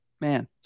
Man